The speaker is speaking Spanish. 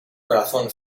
corazón